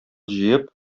җыеп